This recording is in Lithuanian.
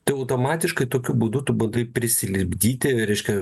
tai automatiškai tokiu būdu tu bandai prisilipdyti reiškia